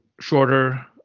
shorter